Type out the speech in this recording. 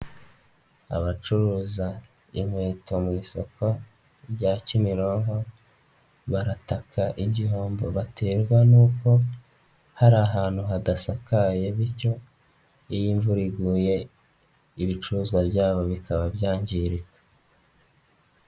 Abacuruza inkweto mu isoko rya Kimironko barataka igihombo baterwa n'uko hari ahantu hadasakaye bityo iyo imvura iguye ibicuruzwa byabo bikaba byangirika.